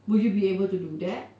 would you be able to do that